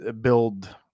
build